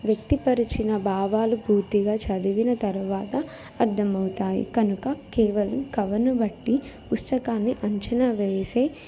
వ్యక్తిపరచిన భావాలు పూర్తిగా చదివిన తర్వాత అర్థమవుతాయి కనుక కేవలం కవర్ను బట్టి పుస్తకాన్ని అంచనా వేసే